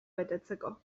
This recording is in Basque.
betetzeko